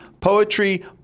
poetry